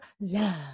love